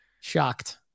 Shocked